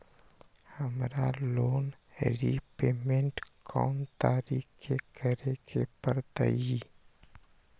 हमरा loan repayment कोन तारीख के करे के परतई?